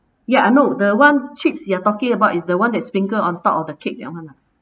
ya I know the one chips you are talking about is the one that sprinkle on top of the cake that one ah